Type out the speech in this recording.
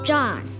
John